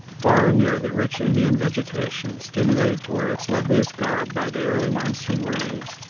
far and near the rich indian vegetation, stimulated to wear its loveliest garb by the early monsoon rains,